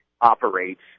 operates